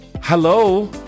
hello